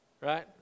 Right